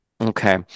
Okay